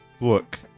Look